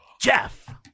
Jeff